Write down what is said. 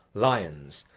lions,